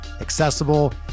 accessible